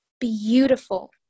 beautiful